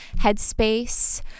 headspace